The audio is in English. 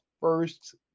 first